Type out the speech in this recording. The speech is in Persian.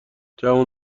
جوون